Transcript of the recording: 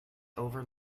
over